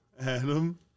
Adam